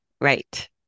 Right